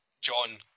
John